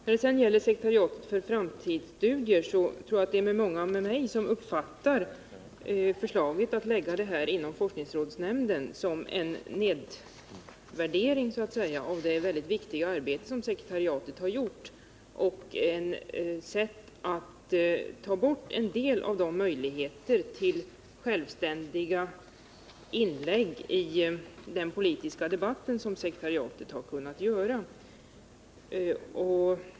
När det sedan gäller sekretariatet för framtidsstudier tror jag att många med mig uppfattar förslaget att lägga detta inom forskningsrådsnämnden som en nedvärdering av det mycket viktiga arbete som sekretariatet har gjort och som ett sätt att ta bort en del av möjligheten till sådana självständiga inlägg i den politiska debatten som sekretariatet har kunnat göra.